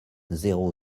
zéro